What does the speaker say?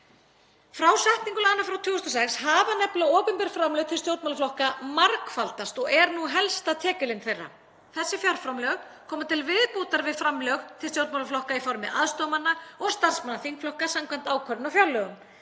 Frá setningu laganna frá 2006 hafa opinber framlög til stjórnmálaflokka margfaldast og eru nú helsta tekjulind þeirra. Þessi fjárframlög koma til viðbótar við framlög til stjórnmálaflokka í formi aðstoðarmanna og starfsmanna þingflokka samkvæmt ákvörðun á fjárlögum,